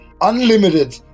unlimited